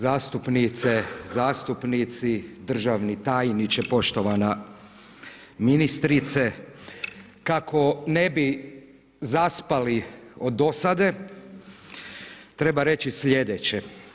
Zastupnice, zastupnici, državni tajniče, poštovana ministrice, kako ne bi zaspali od dosade, treba reći sljedeće.